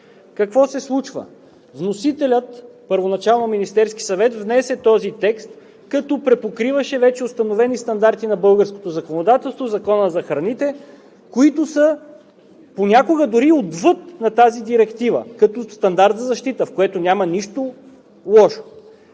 Какво се случва? Вносителят – първоначално Министерският съвет, внесе този текст като препокриваше вече установени стандарти на българското законодателство в Закона за храните, които понякога са дори отвъд на тази директива като стандарт за защита, в което няма нищо лошо.